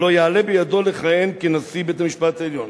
לא יעלה בידו לכהן כנשיא בית-המשפט העליון.